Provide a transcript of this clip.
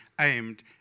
aimed